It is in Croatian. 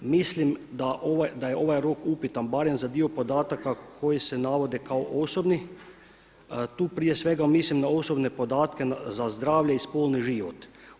Mislim da je ovaj rok upitan barem za dio podataka koji se navode kao osobni, tu prije svega mislim na podatke za zdravlje i spolni život.